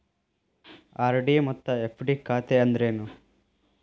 RD ಮತ್ತ FD ಖಾತೆ ಅಂದ್ರೇನು